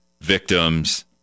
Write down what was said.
victims